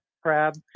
Crab